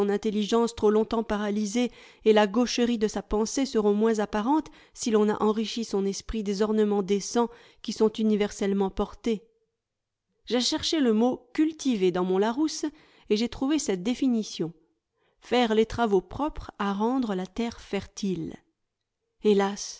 intelligence trop longtemps paralysée et la gaucherie de sa pensée seront moins apparentes si l'on a enrichi son esprit des ornements décents qui sont universellement portés j'ai cherché le mot cultiver dans mon larousse et j'ai trouvé cette définition faire les travaux propres à rendre la terre fertile hélas